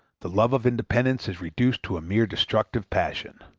the love of independence is reduced to a mere destructive passion.